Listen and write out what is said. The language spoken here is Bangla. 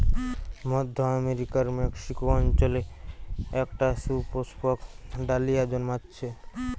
মধ্য আমেরিকার মেক্সিকো অঞ্চলে একটা সুপুষ্পক ডালিয়া জন্মাচ্ছে